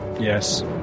yes